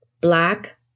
Black